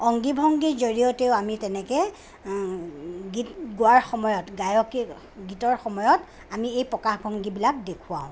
অংগী ভংগীৰ জৰিয়তেও আমি তেনেকে গীত গোৱাৰ সময়ত গায়কী গীতৰ সময়ত আমি এই প্ৰকাশ ভংগীবিলাক দেখুৱাও